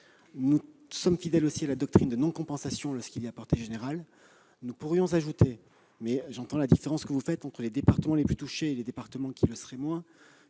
nous sommes fidèles aussi à la doctrine de non-compensation lorsqu'un décret est de portée générale. Nous pourrions ajouter, mais j'entends la différence que vous faites entre les départements les plus touchés et les départements qui le seraient moins,